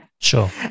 Sure